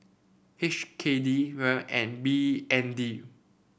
H K D Riel and B N D